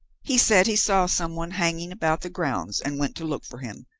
he said he saw some one hanging about the grounds, and went to look for him.